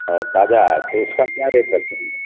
اور تازہ ہے تو اس کا کیا ریٹ رکھتے